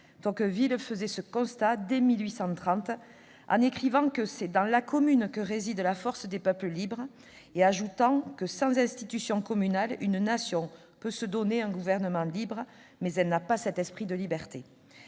Tocqueville faisait ce constat dès 1830 en écrivant que c'est « dans la commune que réside la force des peuples libres » et en ajoutant que « sans institutions communales une nation peut se donner un gouvernement libre, mais elle n'a pas l'esprit de la liberté